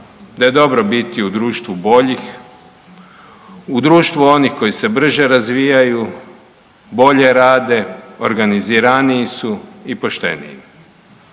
da je dobro biti u društvu boljih, u društvu onih koji se brže razvijaju, bolje rade, organiziraniji su i pošteniji